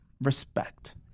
respect